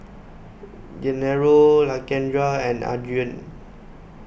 Gennaro Lakendra and Adrain